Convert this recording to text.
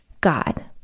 God